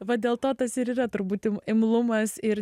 va dėl to tas ir yra turbūt imlumas ir